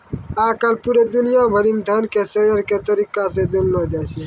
आय काल पूरे दुनिया भरि म धन के शेयर के तरीका से जानलौ जाय छै